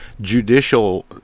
judicial